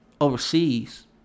overseas